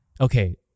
okay